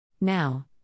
Now